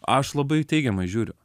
aš labai teigiamai žiūriu